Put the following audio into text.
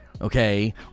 okay